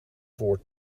voor